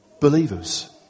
believers